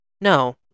No